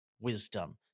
wisdom